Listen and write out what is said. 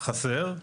חסר,